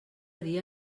dia